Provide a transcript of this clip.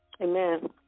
Amen